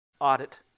Audit